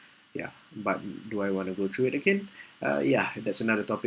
ya but do I want to go through it again ah ya that's another topic